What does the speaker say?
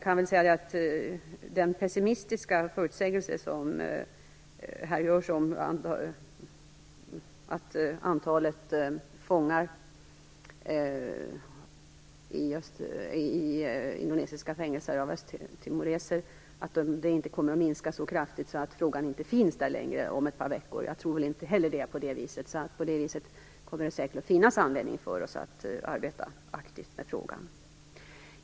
Det görs här en pessimistisk förutsägelse om att antalet östtimoresiska fångar i indonesiska fängelser inte kommer att minska så kraftigt att frågan inte längre är aktuell om ett par veckor. Jag tror inte heller att det blir på det viset. Det kommer säkert att finnas anledning för oss att arbeta aktivt med frågan.